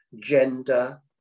gender